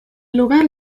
lugar